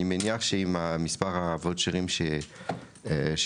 אני מניח שעם המספר הוואוצ'רים שציינת,